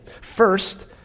First